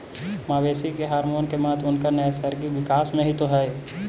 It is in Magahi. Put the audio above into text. मवेशी के हॉरमोन के महत्त्व उनकर नैसर्गिक विकास में हीं तो हई